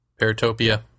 Paratopia